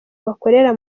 bakorera